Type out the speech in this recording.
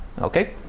Okay